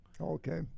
Okay